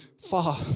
far